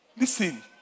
Listen